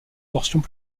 portions